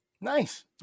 Nice